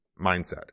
mindset